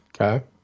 Okay